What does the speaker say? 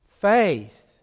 Faith